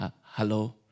Hello